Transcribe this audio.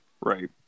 right